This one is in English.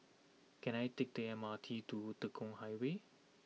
can I take the M R T to Tekong Highway